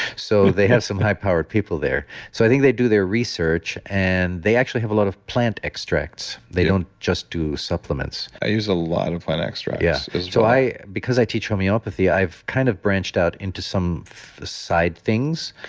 so they have some high powered people there. so i think they do their research and they actually have a lot of plant extracts. they don't just do supplements i use a lot of plant extracts yeah. so because i teach homeopathy, i've kind of branched out into some side things.